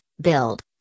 build